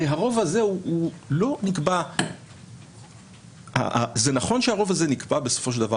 הרי הרוב הזה הוא לא נקבע - זה נכון שהרוב הזה נקבע בסופו של דבר